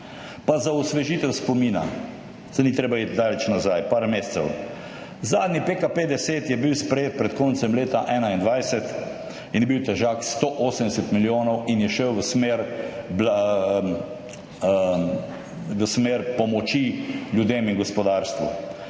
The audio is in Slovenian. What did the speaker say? Pa za osvežitev spomina, saj ni treba iti daleč nazaj, par mesecev. Zadnji PKP 10 je bil sprejet pred koncem leta 2021 in je bil težak 180 milijonov in je šel v smer pomoči ljudem in gospodarstvu.